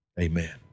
Amen